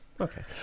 Okay